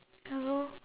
ya lor